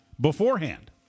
beforehand